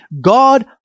God